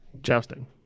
Jousting